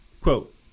Quote